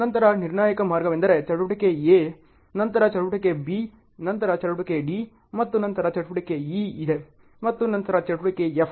ನಂತರ ನಿರ್ಣಾಯಕ ಮಾರ್ಗವೆಂದರೆ ಚಟುವಟಿಕೆ ಎ ನಂತರ ಚಟುವಟಿಕೆ ಬಿ ನಂತರ ಚಟುವಟಿಕೆ ಡಿ ಮತ್ತು ನಂತರ ಚಟುವಟಿಕೆ ಇ ಇದೆ ಮತ್ತು ನಂತರ ಚಟುವಟಿಕೆ F